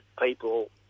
people